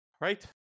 right